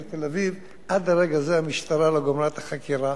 תל-אביב: עד לרגע הזה המשטרה לא גמרה את החקירה